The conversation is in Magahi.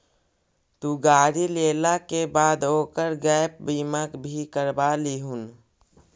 तु गाड़ी लेला के बाद ओकर गैप बीमा भी करवा लियहून